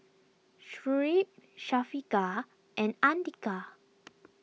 Shuib Syafiqah and andika